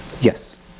Yes